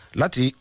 lati